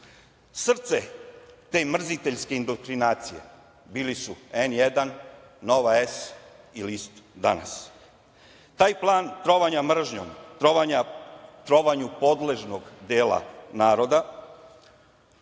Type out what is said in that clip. dana. Srce te mrziteljske indoktrinacije bili su N1, Nova S i list „Danas“. Taj plan trovanja mržnjom, trovanja podležnog dela naroda